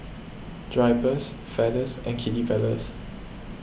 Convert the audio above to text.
Drypers Feathers and Kiddy Palace